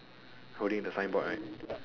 holding the signboard right